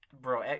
bro